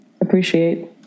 appreciate